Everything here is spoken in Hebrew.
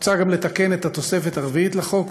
מוצע גם לתקן את התוספת הרביעית לחוק,